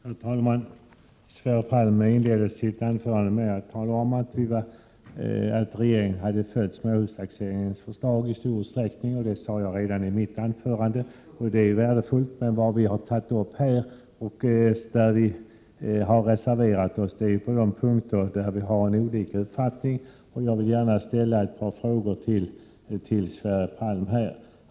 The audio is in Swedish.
Herr talman! Sverre Palm inledde sitt anförande med att tala om att regeringen hade följt småhustaxeringskommitténs förslag i stor utsträckning. Jag sade i mitt anförande att det är värdefullt. Men vi har reserverat oss på de punkter där vi har avvikande uppfattning. Jag vill gärna ställa ett par frågor till Sverre Palm.